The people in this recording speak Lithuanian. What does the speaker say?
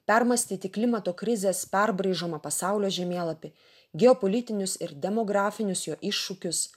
permąstyti klimato krizės perbraižomą pasaulio žemėlapį geopolitinius ir demografinius jo iššūkius